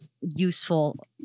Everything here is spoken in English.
useful